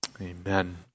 Amen